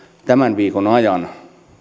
tämän viikon ajan